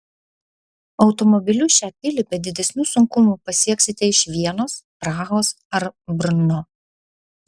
automobiliu šią pilį be didesnių sunkumų pasieksite iš vienos prahos ar brno